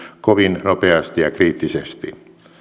kovin nopeasti ja kriittisesti